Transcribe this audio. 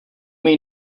may